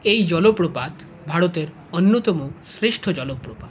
এই জলপ্রপাত ভারতের অন্যতম শ্রেষ্ঠ জলপ্রপাত